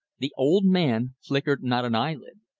the old man flickered not an eyelid.